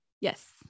yes